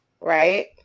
right